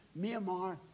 Myanmar